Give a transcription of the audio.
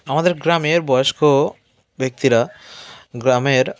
আমাদের গ্রামের বয়স্ক ব্যক্তিরা গ্রামের